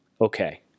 okay